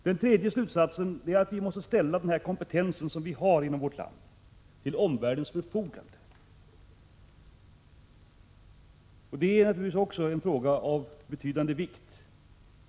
Den tredje slutsatsen är att vi måste ställa den kompetens vi har inom vårt land till omvärldens förfogande. Även detta är självfallet en fråga av betydande vikt.